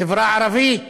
חברה ערבית,